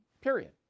Period